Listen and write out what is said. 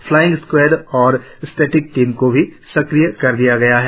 flying squad और static team को भी सक्रिय कर दिया गया है